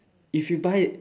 if you buy